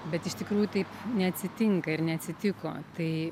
bet iš tikrųjų taip neatsitinka ir neatsitiko tai